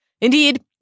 Indeed